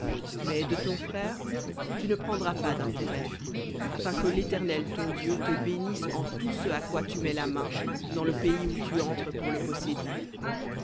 mais de ton frère tu ne prendras pas d'intérêt afin que l'éternel ton dieu te bénisse en tout ce à quoi tu mets la main dans le pays où tu entres pour le posséder